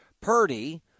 Purdy